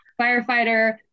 firefighter